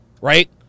right